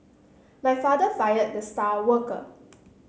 my father fired the star worker